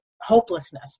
hopelessness